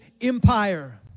Empire